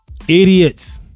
Idiots